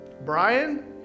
Brian